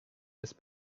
miss